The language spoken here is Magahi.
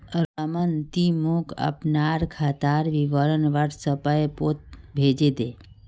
रमन ती मोक अपनार खातार विवरण व्हाट्सएपोत भेजे दे